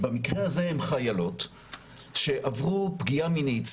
במקרה הזה הן חיילות שעברו פגיעה מינית,